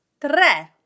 tre